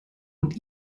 und